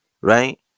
Right